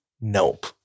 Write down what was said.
nope